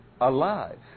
alive